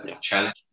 challenge